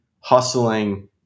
hustling